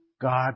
God